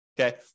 okay